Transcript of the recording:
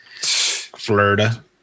Florida